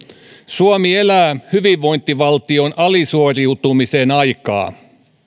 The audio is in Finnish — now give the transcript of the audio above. suomi elää hyvinvointivaltion alisuoriutumisen aikaa